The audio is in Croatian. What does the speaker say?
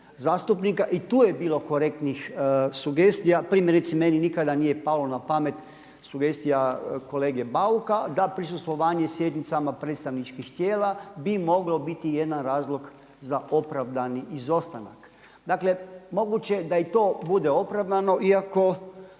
I tu je bilo korektnih sugestija. Primjerice meni nikada nije palo na pamet sugestija kolege Bauka da prisustvovanje sjednicama predstavničkih tijela bi moglo biti jedan razlog za opravdani izostanak. Dakle moguće je da i to bude opravdano iako